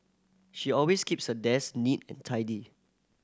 she always keeps her desk neat and tidy